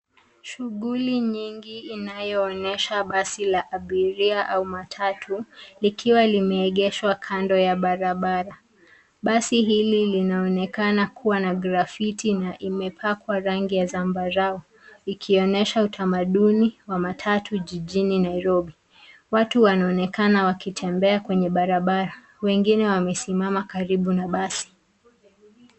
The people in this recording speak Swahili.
Shughuli nyingi inayoonyesha basi la abiria au matatu likiwa limeegeshwa kando ya barabara. Basi hili linaonekana kuwa na grafiti na imepakwa rangi ya zambarau ikionyesha utamaduni wa matatu jijini Nairobi. Watu wanaonekana wakitembea kwenye barabara wengine wamesimama karibu ya basi.